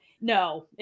No